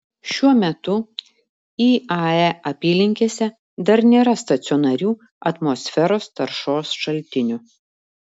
šiuo metu iae apylinkėse dar nėra stacionarių atmosferos taršos šaltinių